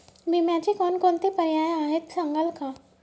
विम्याचे कोणकोणते पर्याय आहेत सांगाल का?